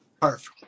Perfect